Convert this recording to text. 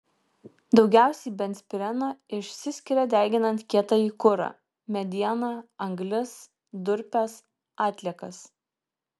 daugiausiai benzpireno išsiskiria deginant kietąjį kurą medieną anglis durpes atliekas